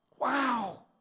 Wow